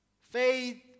Faith